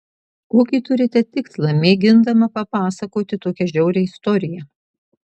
kokį turite tikslą mėgindama papasakoti tokią žiaurią istoriją